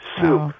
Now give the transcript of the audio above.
soup